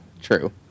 true